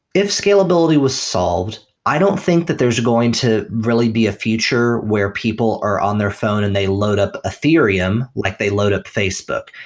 if scalability was solved, i don't think that there's going to really be a feature where people are on their phone and they load up ethereum like they load up facebook.